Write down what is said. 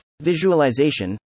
Visualization